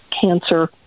cancer